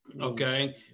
okay